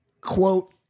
quote